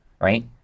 right